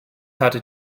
hatte